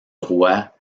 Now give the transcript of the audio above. roi